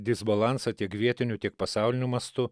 disbalansą tiek vietiniu tiek pasauliniu mastu